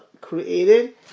created